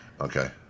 Okay